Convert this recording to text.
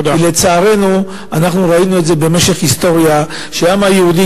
לצערנו אנחנו ראינו במשך ההיסטוריה שהעם היהודי